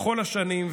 בכל השנים,